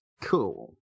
Cool